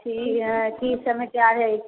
ठीक हइ अथी सभमे चाहै